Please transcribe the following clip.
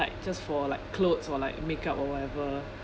like just for like clothes or like makeup or whatever